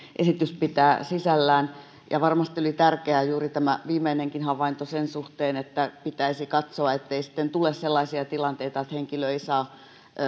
esitys pitää sisällään varmasti oli tärkeää juuri tämä viimeinenkin havainto sen suhteen että pitäisi katsoa ettei sitten tule sellaisia tilanteita että henkilö ei saa